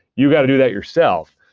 you got to do that yourself.